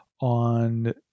on